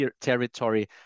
territory